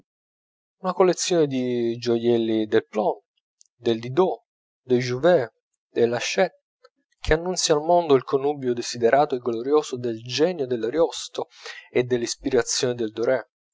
una collezione di gioielli del plon del didot del jouvet dell'hachette che annunzia al mondo il connubio desiderato e glorioso del genio dell'ariosto e dell'ispirazione del dorè